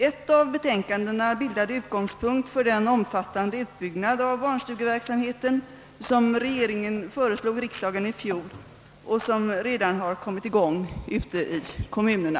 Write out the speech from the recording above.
Ett av betänkandena bildade utgångspunkt för den omfattande utbyggnad av barnstugeverksamheten som = regeringen föreslog riksdagen i fjol och som re dan har kommit i gång ute i kommunerna.